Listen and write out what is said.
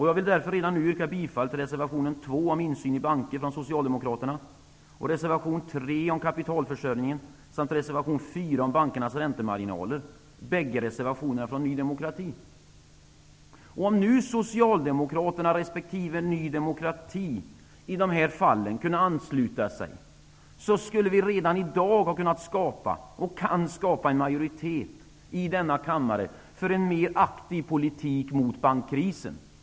Jag vill därför redan nu yrka bifall till reservation 2 om insyn i banker från Socialdemokraterna och till reservation 3 om kapitalförsörjningen samt reservation 4 om bankernas räntemarginaler från Om nu Socialdemokraterna resp. Ny demokrati i dessa fall kunde ansluta sig, skulle vi redan i dag kunna skapa en majoritet i denna kammare för en mer aktiv politik mot bankkrisen.